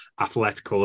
athletic